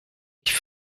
ich